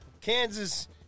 Kansas